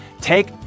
take